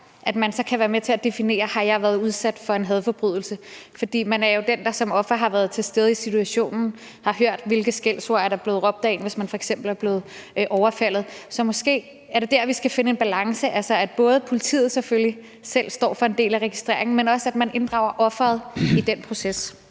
anmelder, kan være med til at definere: Har jeg været udsat for en hadforbrydelse? For man er jo den, der som offer har været til stede i situationen og har hørt, hvilke skældsord der er blevet råbt mod en, hvis man f.eks. er blevet overfaldet. Så måske er det der, vi skal finde en balance, altså at politiet selvfølgelig selv står for en del af registreringen, men også, at man inddrager offeret i den proces.